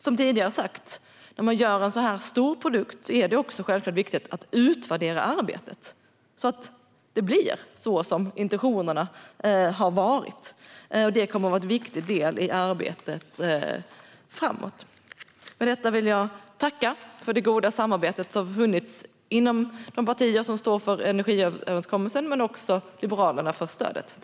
Som tidigare har sagts är det självklart viktigt att utvärdera arbetet när man gör en så här stor produkt, så att det blir så som intentionerna har varit. Det kommer att vara en viktig del i arbetet framåt. Med detta vill jag tacka för det goda samarbete som har funnits med de partier som står för energiöverenskommelsen, och jag vill även tacka Liberalerna för stödet.